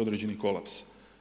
određeni kolaps.